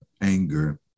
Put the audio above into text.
anger